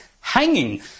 hanging